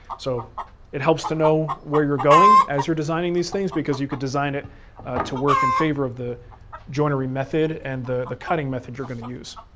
so it helps to know where you're going as you're designing these things, because you could design it to work in favor of the joinery method and the the cutting method you're gonna use.